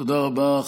תודה רבה.